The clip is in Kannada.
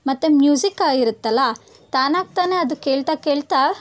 ಮತ್ತು ಮ್ಯೂಸಿಕ್ ಆಗಿರುತ್ತಲ್ಲ ತಾನಾಗಿ ತಾನೇ ಅದು ಕೇಳ್ತಾ ಕೇಳ್ತಾ